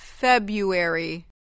February